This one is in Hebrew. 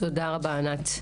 תודה רבה, ענת.